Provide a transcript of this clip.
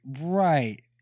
right